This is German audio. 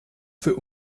für